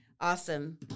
Awesome